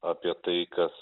apie tai kas